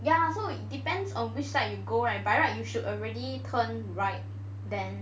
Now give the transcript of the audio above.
ya so it depends on which side you go right by right you should already turn right then